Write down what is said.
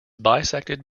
bisected